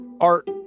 art